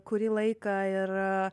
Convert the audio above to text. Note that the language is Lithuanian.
kurį laiką ir